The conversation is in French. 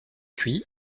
cuit